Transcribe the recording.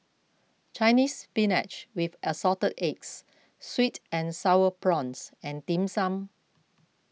Chinese Spinach with Assorted Eggs Sweet and Sour Prawns and Dim Sum